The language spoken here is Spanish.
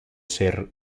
ser